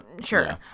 Sure